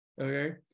okay